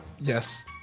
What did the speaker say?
yes